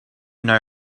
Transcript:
know